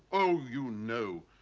oh, you know.